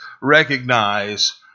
recognize